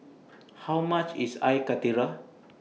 How much IS Air Karthira